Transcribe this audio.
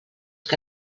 que